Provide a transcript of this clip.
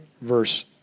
verse